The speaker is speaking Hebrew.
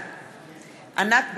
בעד ענת ברקו,